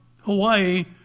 Hawaii